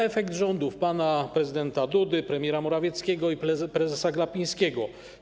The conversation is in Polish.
To efekt rządów pana prezydenta Dudy, premiera Morawieckiego i prezesa Glapińskiego.